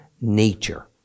nature